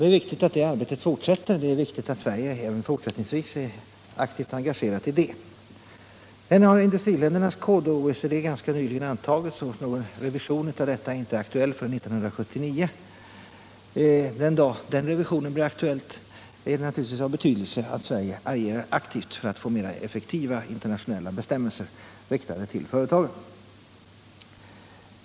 Det är viktigt att det arbetet fort — investeringar sätter och att Sverige även fortsättningsvis är aktivt engagerat i det. Ändå har industriländernas kod ganska nyligen antagits av OECD, och någon revision blir inte aktuell förrän 1979. Den dag revisionen blir aktuell är det naturligtvis av betydelse att Sverige agerar aktivt för att få mera effektiva internationella bestämmelser riktade till företagen.